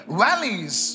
valleys